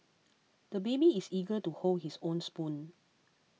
the baby is eager to hold his own spoon